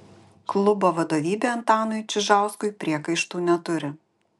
klubo vadovybė antanui čižauskui priekaištų neturi